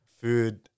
food